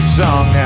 song